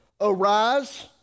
arise